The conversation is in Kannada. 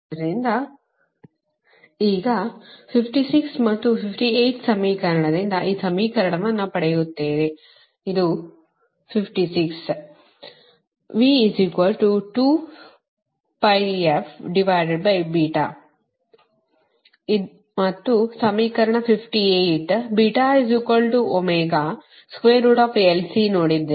ಲೋಡ್ ಫ್ಲೋ ಅಧ್ಯಯನಗಳು ಆದ್ದರಿಂದ ಈಗ 56 ಮತ್ತು 58 ಸಮೀಕರಣದಿಂದ ಈ ಸಮೀಕರಣವನ್ನು ಪಡೆಯುತ್ತೇವೆ 56 ಇದು ಒಂದು ಮತ್ತು ಸಮೀಕರಣ 58 ನೋಡಿದ್ದೇವೆ